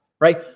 right